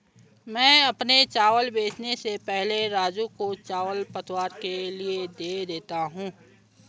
मैं अपने चावल बेचने के पहले राजू को चावल पतवार के लिए दे देता हूं